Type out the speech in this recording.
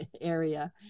area